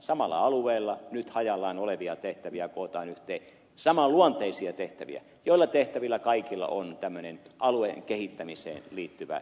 samalla alueella nyt hajallaan olevia tehtäviä kootaan yhteen saman luonteisia tehtäviä joilla tehtävillä kaikilla on tämmöinen alueen kehittämiseen liittyvä